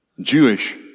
Jewish